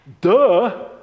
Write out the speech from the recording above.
Duh